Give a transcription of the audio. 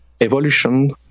evolution